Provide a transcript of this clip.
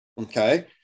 Okay